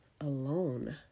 alone